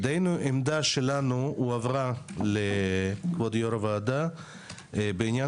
העמדה שלנו הועברה לכבוד יו"ר הוועדה בעניין